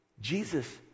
Jesus